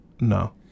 No